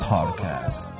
Podcast